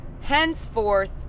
Henceforth